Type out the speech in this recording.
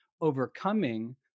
overcoming